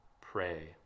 pray